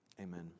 Amen